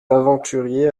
aventurier